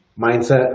mindset